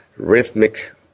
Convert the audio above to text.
Rhythmic